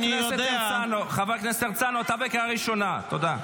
בקריאה ראשונה, תודה.